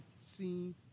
seen